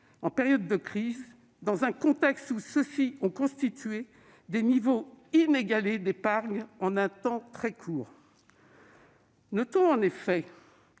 les plus aisés, dans un contexte où ceux-ci ont constitué des niveaux inégalés d'épargne en un temps très court. Notons en effet